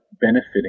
benefiting